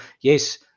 yes